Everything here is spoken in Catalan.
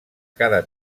cada